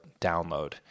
download